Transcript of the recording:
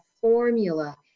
formula